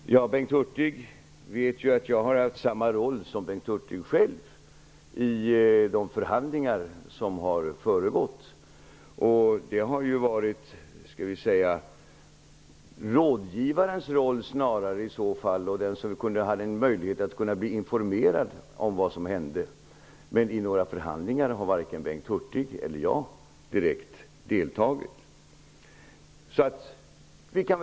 Herr talman! Som Bengt Hurtig vet har jag haft samma roll som Bengt Hurtig själv i de förhandlingar som har förevarit, snarast en roll som rådgivare eller som den som haft möjlighet att bli informerad om vad som hände. Men varken Bengt Hurtig eller jag har direkt deltagit i några förhandlingar.